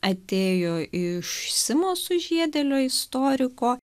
atėjo iš simo sužiedėlio istoriko